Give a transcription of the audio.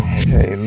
okay